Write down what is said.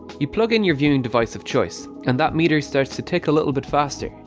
you plug in your viewing device of choice and that meter starts to tick a little but faster,